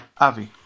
Avi